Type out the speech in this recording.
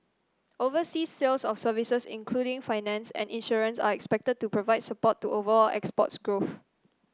overseas sales of services including finance and insurance are expected to provide support to overall exports growth